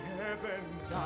heaven's